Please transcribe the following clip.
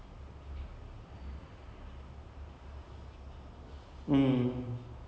I don't know I've seen it happen in a few things lah they let go of something and then they gain something